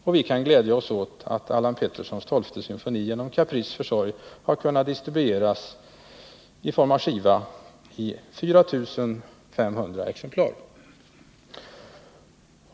Och vi kan glädja oss åt att Allan Pettersons tolfte symfoni genom Caprices försorg har kunnat distribueras i form av skiva i 4 500 exemplar.